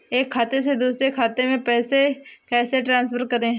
एक खाते से दूसरे खाते में पैसे कैसे ट्रांसफर करें?